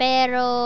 Pero